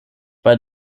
bei